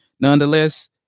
nonetheless